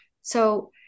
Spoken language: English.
So-